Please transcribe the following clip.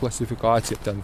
klasifikacija ten